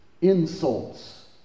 Insults